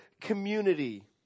community